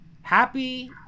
happy